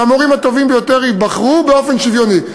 שהמורים הטובים ביותר ייבחרו באופן שוויוני.